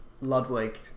Ludwig